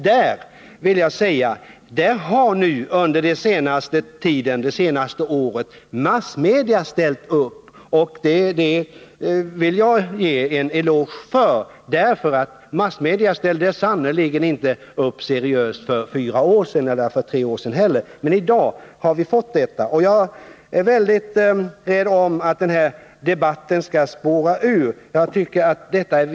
Därvidlag har under det senaste året massmedia ställt upp, och det vill jag ge en eloge för. Massmedia ställde sannerligen inte upp seriöst för fyra år sedan — och inte heller för tre år sedan — men i dag gör man det alltså. Jag är mycket angelägen om att den här debatten inte skall spåra ur.